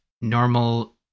normal